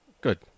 Good